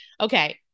okay